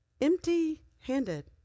empty-handed